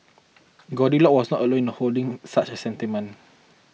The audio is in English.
Goldilocks was not alone in holding such a sentiment